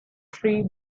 tree